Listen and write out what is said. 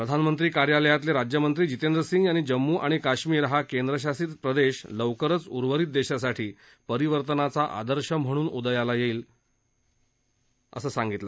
प्रधानमंत्री कार्यालयातले राज्यमंत्री जितेंद्र सिंग यांनी जम्मू आणि काश्मिर हा केंद्रशासित प्रदेश लवकरच उर्वरित देशासाठी परिवर्तनाचा आदर्श म्हणून उदयाला येईल राज्यमंत्री असं सांगितलं